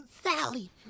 Sally